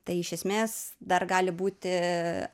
tai iš esmės dar gali būti